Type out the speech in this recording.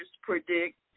predict